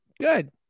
Good